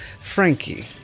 Frankie